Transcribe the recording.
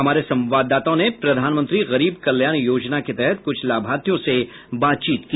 हमारे संवाददाताओं ने प्रधानमंत्री गरीब कल्याण योजना के तहत कुछ लाभार्थियों से बातचीत की